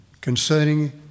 concerning